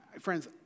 friends